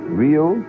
real